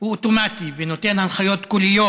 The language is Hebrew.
הוא אוטומטי ונותן הנחיות קוליות,